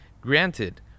granted